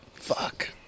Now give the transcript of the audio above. Fuck